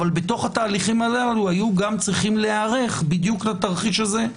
אבל בתוך התהליכים הללו היו צריכים גם להיערך בדיוק לתרחיש הזה,